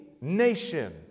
nation